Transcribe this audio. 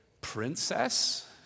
princess